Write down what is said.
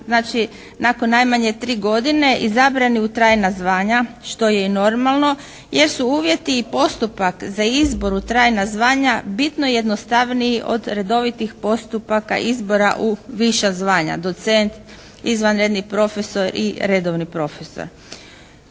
znači nakon najmanje tri godine izabrani u trajna zvanja što je i normalno jer su uvjeti i postupak za izbor u trajna zvanja bitno jednostavniji od redovitih postupaka izbora u viša zvanja, docent, izvanredni profesor i redovni profesor.